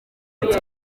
ati